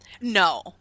No